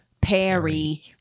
Perry